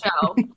show